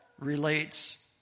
relates